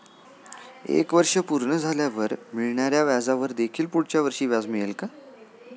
एक वर्ष पूर्ण झाल्यावर मिळणाऱ्या व्याजावर देखील पुढच्या वर्षी व्याज मिळेल का?